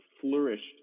flourished